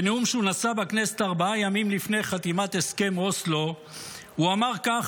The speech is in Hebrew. בנאום שהוא נשא בכנסת ארבעה ימים לפני חתימת הסכם אוסלו הוא אמר כך,